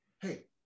Hey